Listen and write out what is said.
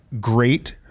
great